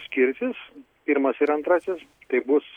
skirsis pirmas ir antrasis tai bus